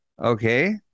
Okay